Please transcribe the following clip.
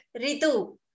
Ritu